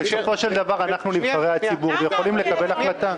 בסופו של דבר אנחנו נבחרי הציבור ויכולים לקבל החלטה.